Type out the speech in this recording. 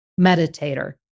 meditator